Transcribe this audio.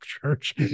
Church